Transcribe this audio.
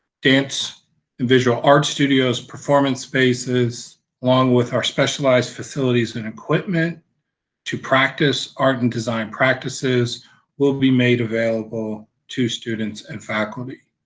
dance and visual art studios, performance spaces along with our specialized facilities and equipment to practice art and design practices will be made available to students and faculty.